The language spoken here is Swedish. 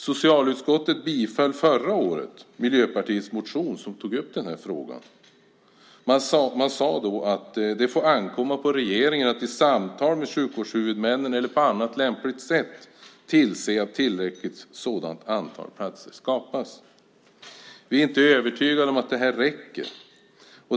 Socialutskottet biföll förra året Miljöpartiets motion där den här frågan togs upp. Man sade då att det får ankomma på regeringen att i samtal med sjukvårdshuvudmännen eller på annat lämpligt sätt tillse att tillräckligt antal sådana platser skapas. Vi är inte övertygade om att det här räcker.